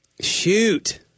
shoot